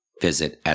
Visit